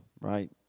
right